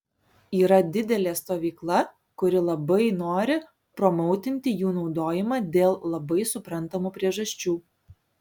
yra didelė stovykla kuri labai nori promautinti jų naudojimą dėl labai suprantamų priežasčių